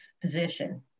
position